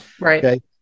Right